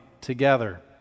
together